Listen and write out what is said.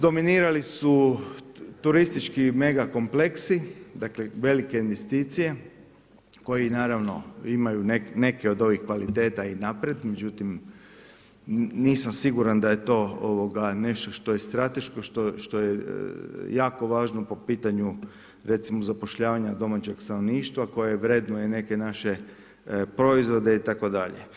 Dominirali su turistički mega kompleksi, dakle velike investicije koje imaju neke od ovih kvaliteta i naprijed, međutim nisam siguran da je to nešto što je strateško, što je jako važno po pitanju recimo zapošljavanja domaćeg stanovništva koje vrednuje neke naše proizvode itd.